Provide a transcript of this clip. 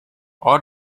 all